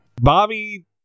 Bobby